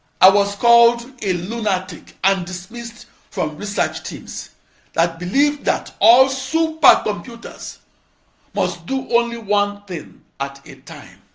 i was called a lunatic and dismissed from research teams that believed that all supercomputers must do only one thing at a time.